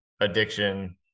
addiction